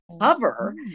cover